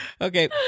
Okay